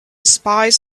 spies